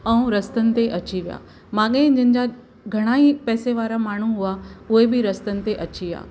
ऐं रस्तनि ते अची विया माॻेई जंहिंजा घणा ई पैसा वारा माण्हूं हुआ उहे बि रस्तनि ते अची विया